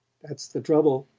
that's the trouble.